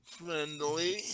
friendly